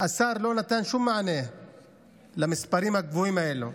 השר לא נתן שום מענה למספרים הגבוהים האלו.